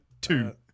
two